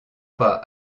pas